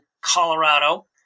Colorado